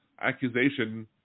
accusation